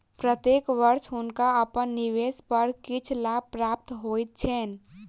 प्रत्येक वर्ष हुनका अपन निवेश पर किछ लाभ प्राप्त होइत छैन